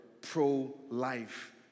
pro-life